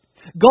God